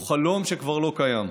או חלום שכבר לא קיים.